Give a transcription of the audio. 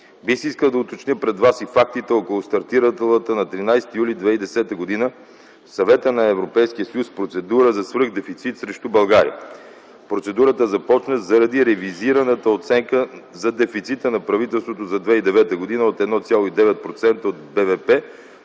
Бих искал да уточня пред вас и фактите около стартиралата на 13 юли 2010 г. в Съвета на Европейския съюз процедура за свръхдефицит срещу България. Процедурата започна заради ревизираната оценка за дефицита на правителството за 2009 г. от 1,9% от БВП